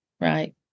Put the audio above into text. Right